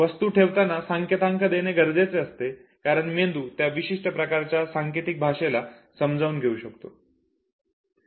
वस्तू ठेवताना संकेतांक देणे गरजेचे असते कारण मेंदू त्या विशिष्ट प्रकारच्या सांकेतिक भाषेला समजून घेऊ शकतो